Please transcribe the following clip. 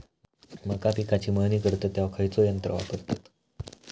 मका पिकाची मळणी करतत तेव्हा खैयचो यंत्र वापरतत?